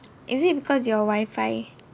is it because your Wi-Fi